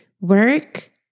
Work